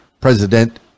President